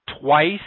Twice